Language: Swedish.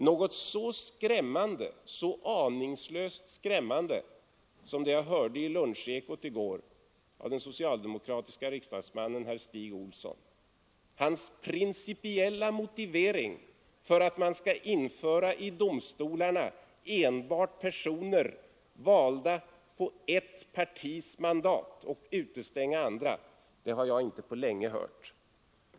Något så aningslöst skrämmande som det jag hörde i lunchekot i går av den socialdemokratiske riksdagsmannen Stig Olsson, nämligen hans principiella motivering för att man i domstolarna skall insätta enbart personer valda på ett partis mandat och utestänga andra, har jag inte upplevt på länge.